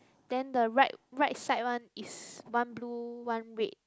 then the right right side one is one blue one red